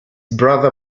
brother